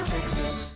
Texas